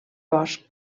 bosc